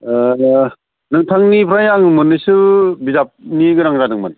नोंथांनिफ्राय आं मोननैसो बिजाबनि गोनां जादोंमोन